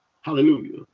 hallelujah